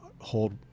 hold